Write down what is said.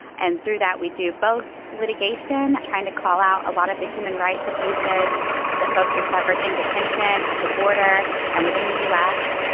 and through that, we do both litigation trying to call out a lot of the human rights abuses that folks have suffered in detention at the border and within the u s.